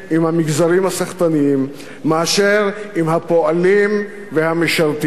המגזרים הסחטניים מאשר עם הפועלים והמשרתים.